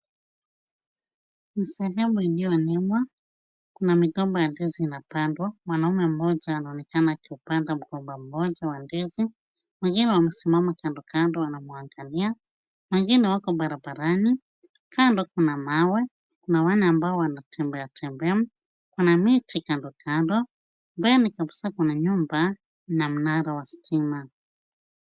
Ni sehemu iliyolimwa. Kuna migomba ya ndizi inapandwa. Mwanaume mmoja anaonekana akiupanda mgomba mmoja wa ndizi. Wengine wamesimama kando kando wanamwangalia, wengine wako barabarani. Kando kuna mawe. Kuna wale ambao wanatembea tembea. Kuna miti kando kando. Mbele kabisa kuna nyumba na mnara wa stima.